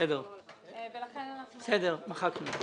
מחקנו אותו?